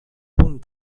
punt